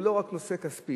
הוא לא רק נושא כספי,